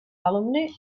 alumni